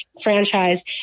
franchise